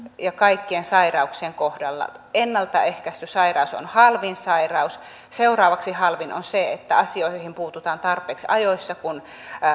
ja kaikkien sairauksien kohdalla ennalta ehkäisty sairaus on halvin sairaus seuraavaksi halvin on se että asioihin puututaan tarpeeksi ajoissa kun